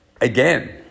again